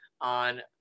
on